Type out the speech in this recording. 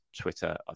Twitter